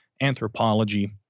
anthropology